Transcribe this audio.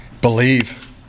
believe